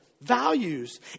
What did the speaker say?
values